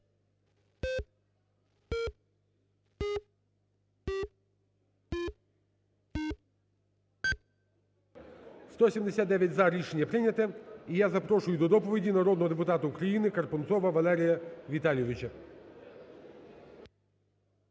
За-179 Рішення прийнято. І я запрошую до доповіді народного депутата України Карпунцова Валерія Віталійовича.